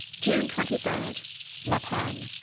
june twenty third la panne.